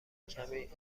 کمی